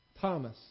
Thomas